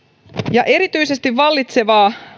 erityisesti vallitsevaa